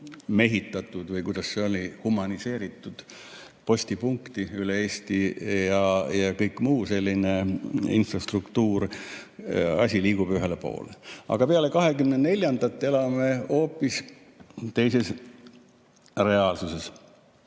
– või kuidas see oli? – postipunkti üle Eesti ja kõik muu selline infrastruktuur. Asi liigub ühele poole. Aga peale 24‑ndat elame hoopis teises reaalsuses.